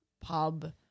pub